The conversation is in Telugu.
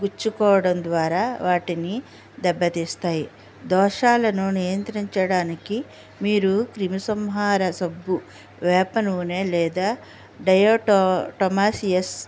గుచ్చుకోవడం ద్వారా వాటిని దెబ్బ తీస్తాయి దోషాలను నియంత్రించడానికి మీరు క్రిమిసంహారక సబ్బు వేప నూనె లేదా డయోటోమాసియాస్